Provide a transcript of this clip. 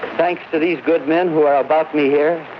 thanks to these good men who are above me here.